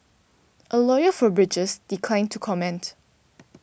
a lawyer for bridges declined to comment